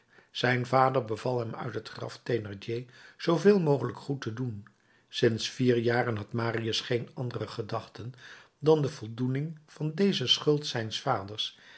zijn vader beval hem uit zijn graf thénardier zooveel mogelijk goed te doen sinds vier jaren had marius geen andere gedachten dan de voldoening van deze schuld zijns vaders